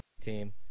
team